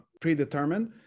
predetermined